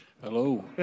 Hello